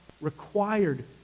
required